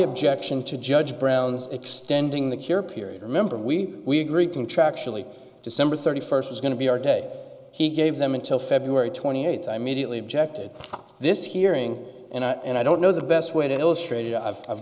objection to judge brown's extending the cure period remember we we agree contractually december thirty first is going to be our day he gave them until february twenty eighth i mediately objected to this hearing and i don't know the best way to illustrate i've give